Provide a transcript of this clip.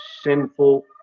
sinful